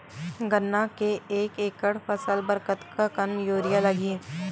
गन्ना के एक एकड़ फसल बर कतका कन यूरिया लगही?